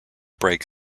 brake